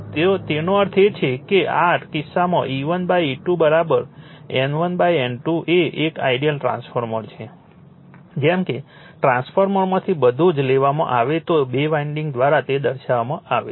તો તેનો અર્થ એ છે કે આ કિસ્સામાં E1 E2 N1 N2 એ એક આઇડીઅલ ટ્રાન્સફોર્મર છે જેમ કે ટ્રાન્સફોર્મરમાંથી બધું જ લેવામાં આવે તો બે વાન્ડિંગ દ્વારા તે દર્શાવવામાં આવે છે